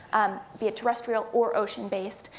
um be it terrestrial or ocean-based.